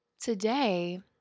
Today